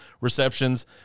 receptions